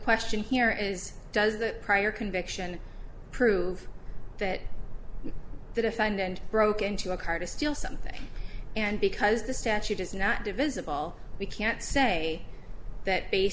question here is does the prior conviction prove that the defendant broke into a car to steal something and because the statute is not divisible we can't say that